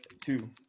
two